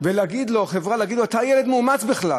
ולהגיד לו: אתה ילד מאומץ בכלל,